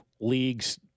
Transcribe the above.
leagues